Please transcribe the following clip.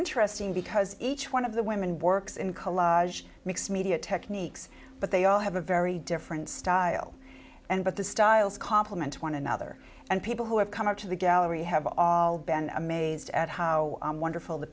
interesting because each one of the women works in collage mixed media techniques but they all have a very different style and but the styles compliment one another and people who have come out to the gallery have all been amazed at how wonderful the